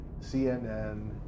CNN